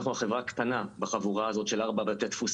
אנחנו חברה קטנה בחבורה הזאת של ארבעת בתי הדפוס